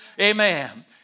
Amen